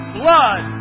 blood